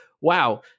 Wow